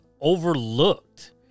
overlooked